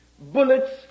Bullets